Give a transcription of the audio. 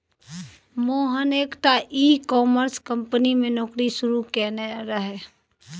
मोहन एकटा e commerce company मे नौकरी शुरू केने रहय